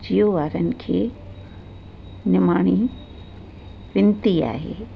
जियो वारनि खे निमाणी विनती आहे